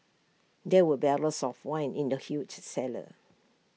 there were barrels of wine in the huge cellar